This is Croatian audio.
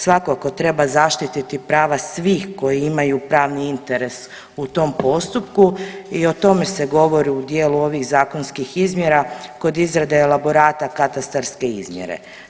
Svakako treba zaštititi prava svih koji imaju pravni interes u tom postupku i o tome se govori u dijelu ovih zakonskih izmjera kod izrade elaborata katastarske izmjere.